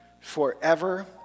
forever